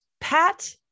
Pat